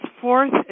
fourth